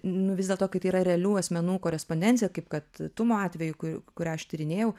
nu vis dėlto kai tai yra realių asmenų korespondencija kaip kad tumo atveju ku kurią aš tyrinėjau